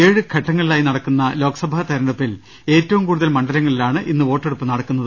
ഏഴ് ഘട്ടങ്ങളിലായി നട ക്കുന്ന ലോക്സഭാ തെരഞ്ഞെടുപ്പിൽ ഏറ്റവും കൂടുതൽ മണ്ഡ ലങ്ങളിലാണ് ഇന്ന് വോട്ടെടുപ്പ് നടക്കുന്നത്